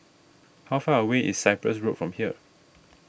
how far away is Cyprus Road from here